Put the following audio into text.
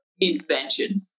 invention